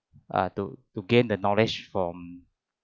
err to to gain the knowledge from